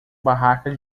barraca